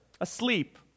asleep